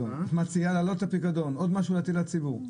הפיקדון עוד משהו להטיל על הציבור.